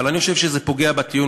אבל אני חושב שזה פוגע בטיעון,